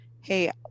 hey